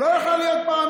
הוא לא יוכל להיות פרמדיק.